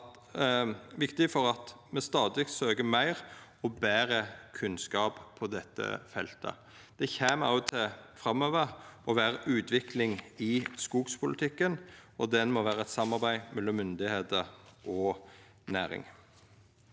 det er viktig for at me stadig søkjer meir og betre kunnskap på dette feltet. Det kjem òg framover til å vera utvikling i skogpolitikken, og den må vera eit samarbeid mellom myndigheiter og næring.